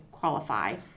qualify